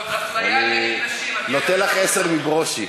אני נותן לך עשר מברושי.